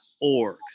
org